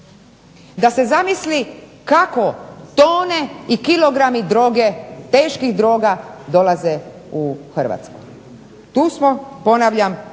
da se zamisli kako tone i kilogrami droge, teških droga dolaze u Hrvatsku. Tu smo ponavljam